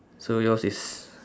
so yours is